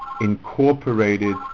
incorporated